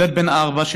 ילד בן ארבע,